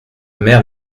mère